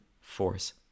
force